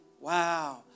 wow